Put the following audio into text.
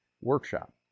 Workshop